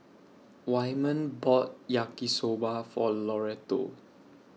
Wyman bought Yaki Soba For Loretto